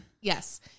Yes